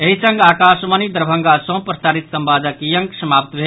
एहि संग आकाशवाणी दरभंगा सँ प्रसारित संवादक ई अंक समाप्त भेल